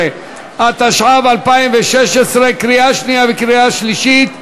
13), התשע"ו 2016, קריאה שנייה וקריאה שלישית.